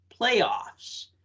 playoffs